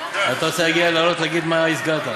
אתה רוצה לעלות להגיד מה נסגר?